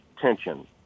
tension